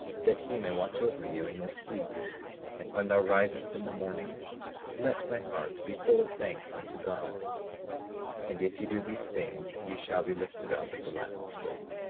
that he may watch over you in your sleep and when thou risest in the morning let thy heart be full of thanks unto god and if ye do these things, ye shall be lifted up at the last day.